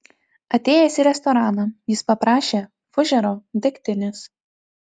atėjęs į restoraną jis paprašė fužero degtinės